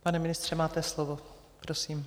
Pane ministře, máte slovo, prosím.